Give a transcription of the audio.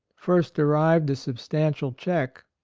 first arrived a substantial cheque,